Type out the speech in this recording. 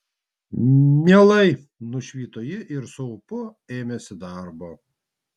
mielai nušvito ji ir su ūpu ėmėsi darbo